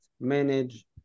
manage